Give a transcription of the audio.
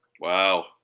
Wow